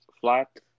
flat